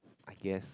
I guess